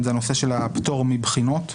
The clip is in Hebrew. זו הטעות הכי גדולה שאתם עושים.